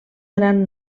gran